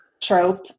trope